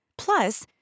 Plus